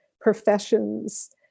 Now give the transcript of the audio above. professions